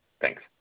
Thanks